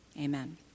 Amen